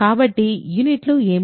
కాబట్టి యూనిట్లు ఏమిటి